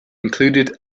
included